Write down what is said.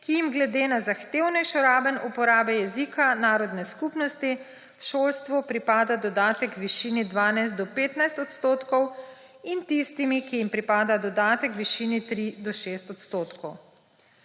ki jim glede na zahtevnejšo raven uporabe jezika narodne skupnosti v šolstvu pripada dodatek v višini 12 do 15 odstotkov, in tistimi, ki jim pripada dodatek v višini 3 do 6 odstotkov.